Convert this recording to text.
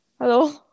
hello